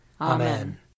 Amen